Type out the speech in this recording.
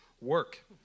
work